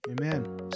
Amen